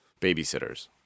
babysitters